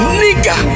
nigga